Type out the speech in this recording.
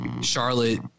Charlotte